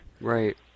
Right